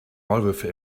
maulwürfe